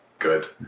good.